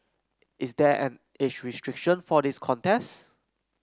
is there an age restriction for this contest